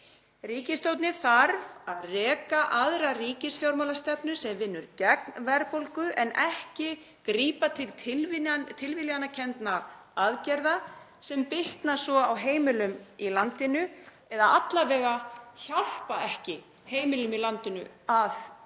Ríkisstjórnin þarf að reka aðra ríkisfjármálastefnu sem vinnur gegn verðbólgu en ekki grípa til tilviljanakenndra aðgerða sem bitna svo á heimilum í landinu eða hjálpa alla vega ekki heimilum í landinu að